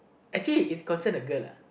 actually it concern a girl lah